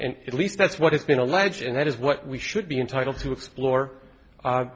and at least that's what i've been allege and that is what we should be entitled to explore